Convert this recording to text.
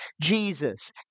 Jesus